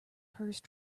first